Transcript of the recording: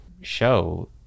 show